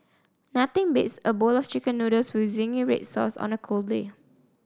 nothing beats a bowl of chicken noodles with zingy red sauce on a cold day